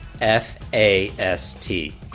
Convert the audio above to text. F-A-S-T